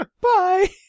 bye